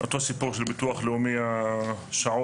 אותו סיפור של ביטוח לאומי, של שעות.